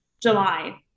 July